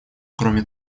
кроме